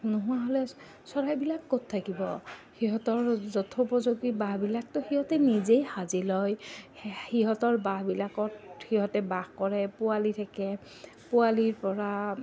নোহোৱা হ'লে চৰাইবিলাক ক'ত থাকিব সিহঁতৰ যথোপযোগী বাঁহবিলাকতো সিহঁতে নিজেই সাজি লয় সিহঁতৰ বাঁহবিলাকত সিহঁতে বাস কৰে পোৱালি থাকে পোৱালিৰপৰা